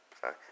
Sorry